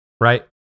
right